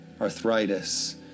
arthritis